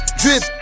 drip